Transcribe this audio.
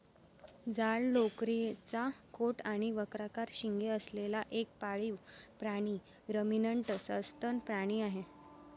जाड लोकरीचा कोट आणि वक्राकार शिंगे असलेला एक पाळीव प्राणी रमिनंट सस्तन प्राणी आहे